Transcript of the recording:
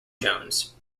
jones